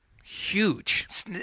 Huge